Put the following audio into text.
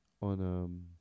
on